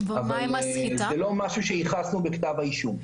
אבל זה לא משהו שייחסנו בכתב האישום.